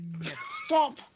Stop